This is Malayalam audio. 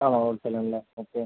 ആ ഹോൾസെയിൽ ആണല്ലേ ഓക്കെ